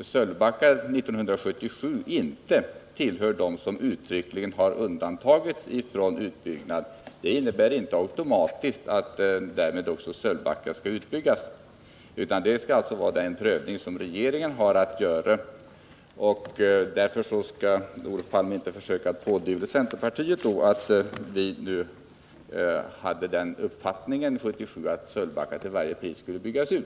Sölvbackaströmmarna 1977 inte tillhörde de älvsträckor som uttryckligen undantogs från utbyggnad innebär inte automatiskt att Sölvbackaströmmarna skall utbyggas, utan det är en prövning som regeringen har att göra. Därför skall Olof Palme inte försöka pådyvla centerpartiet att vi hade den uppfattningen 1977, att Sölvbackaströmmarna till varje pris skulle byggas ut.